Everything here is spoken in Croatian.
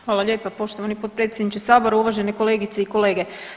Hvala lijepa poštovani potpredsjedniče Sabora, uvaženi kolegice i kolege.